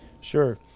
Sure